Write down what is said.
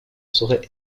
saurait